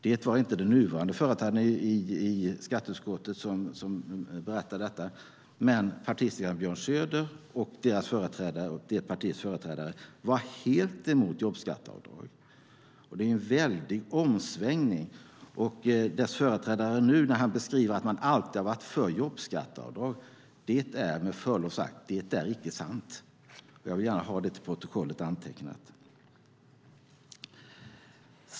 Det var inte den nuvarande företrädaren i skatteutskottet som berättade detta. Men partisekreterare Björn Söder och partiets dåvarande företrädare var helt emot jobbskatteavdrag. Det är en väldig omsvängning. När deras företrädare nu beskriver att man alltid har varit för jobbskatteavdraget är det med förlov sagt icke sant. Jag vill gärna ha det antecknat till protokollet.